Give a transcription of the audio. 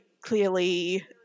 clearly